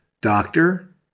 doctor